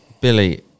Billy